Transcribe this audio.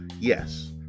yes